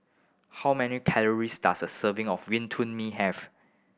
how many calories does a serving of mee have